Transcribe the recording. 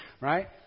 right